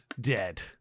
Dead